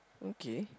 okay